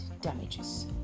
damages